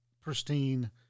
pristine